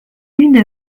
une